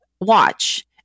watch